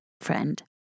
friend